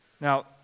Now